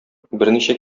берничә